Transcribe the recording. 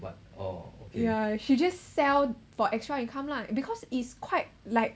yeah she just sell for extra income lah because it's quite like